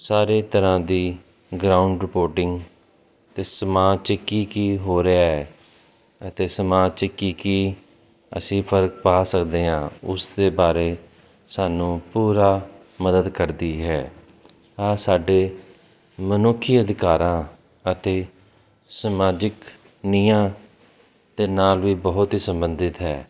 ਸਾਰੇ ਤਰ੍ਹਾਂ ਦੀ ਗਰਾਊਂਡ ਰਿਪੋਰਟਿੰਗ ਅਤੇ ਸਮਾਜ 'ਚ ਕੀ ਕੀ ਹੋ ਰਿਹਾ ਹੈ ਅਤੇ ਸਮਾਜ ਕੀ ਕੀ ਅਸੀਂ ਫਰਕ ਪਾ ਸਕਦੇ ਹਾਂ ਉਸ ਦੇ ਬਾਰੇ ਸਾਨੂੰ ਪੂਰਾ ਮਦਦ ਕਰਦੀ ਹੈ ਆਹ ਸਾਡੇ ਮਨੁੱਖੀ ਅਧਿਕਾਰਾਂ ਅਤੇ ਸਮਾਜਿਕ ਨਿਆਂ ਦੇ ਨਾਲ ਵੀ ਬਹੁਤ ਹੀ ਸੰਬੰਧਿਤ ਹੈ